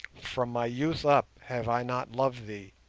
from my youth up have i not loved thee?